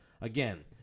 Again